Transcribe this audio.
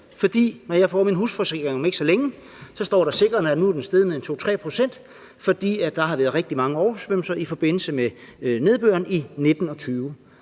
for når jeg får min husforsikring om ikke så længe, står der sikkert, at nu er den steget med en 2-3 pct., fordi der har været rigtig mange oversvømmelser i forbindelse med nedbøren i 2019